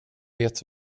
vet